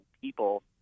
people